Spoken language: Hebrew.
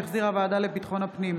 שהחזירה הוועדה לביטחון הפנים,